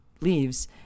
leaves